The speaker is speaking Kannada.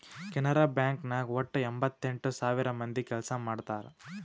ಕೆನರಾ ಬ್ಯಾಂಕ್ ನಾಗ್ ವಟ್ಟ ಎಂಭತ್ತೆಂಟ್ ಸಾವಿರ ಮಂದಿ ಕೆಲ್ಸಾ ಮಾಡ್ತಾರ್